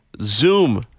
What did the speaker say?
zoom